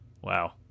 Wow